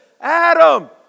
Adam